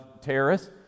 terrorists